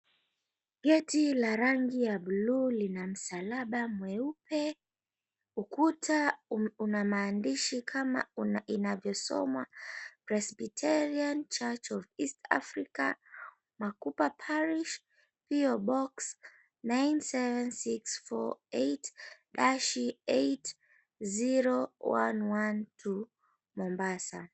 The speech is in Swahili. Geti la rangi ya buluu lina msalaba mweupe, ukuta una maandishi kama inavyosoma, Presbyterian Church Of East Africa Makupa Parish P.O Box 97648-80112 Mombasa.